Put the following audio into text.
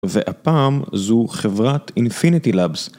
והפעם זו חברת Infinity Labs